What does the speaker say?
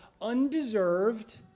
undeserved